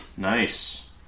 Nice